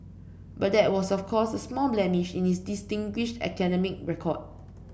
but that was of course a small blemish in his distinguished academic record